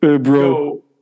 bro